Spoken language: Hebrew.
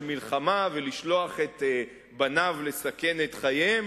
מלחמה ולשלוח את בניו לסכן את חייהם,